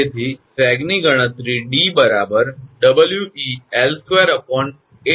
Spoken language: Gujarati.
તેથી સેગની ગણતરી 𝑑 𝑊𝑒𝐿2 8𝑇 𝑚 તરીકે કરી શકાય છે